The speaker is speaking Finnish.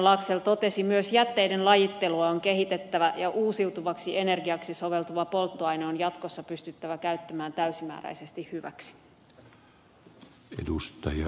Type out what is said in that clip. laxell totesi myös jätteiden lajittelua on kehitettävä ja uusiutuvaksi energiaksi soveltuva polttoaine on jatkossa pystyttävä käyttämään täysimääräisesti hyväksi